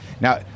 Now